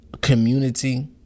community